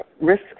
risk